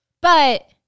but-